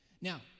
Now